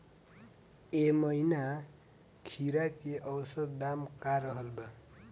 एह महीना खीरा के औसत दाम का रहल बा?